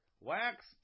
Wax